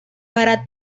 para